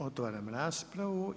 Otvaram raspravu.